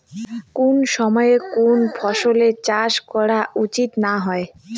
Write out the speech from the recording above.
কুন সময়ে কুন ফসলের চাষ করা উচিৎ না হয়?